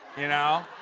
you know?